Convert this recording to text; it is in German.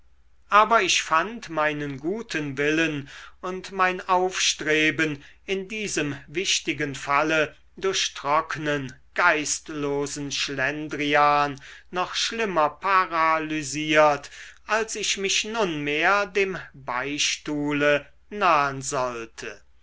aber ich fand meinen guten willen und mein aufstreben in diesem wichtigen falle durch trocknen geistlosen schlendrian noch schlimmer paralysiert als ich mich nunmehr dem beichtstuhle nahen sollte